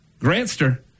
Grantster